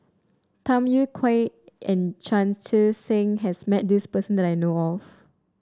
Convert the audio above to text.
Tham Yui Kai and Chan Chee Seng has met this person that I know of